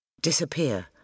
disappear